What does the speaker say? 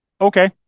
Okay